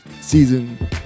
season